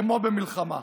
כמו במלחמה.